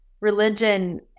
religion